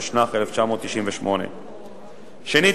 התשנ"ח 1998. שנית,